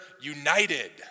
United